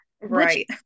Right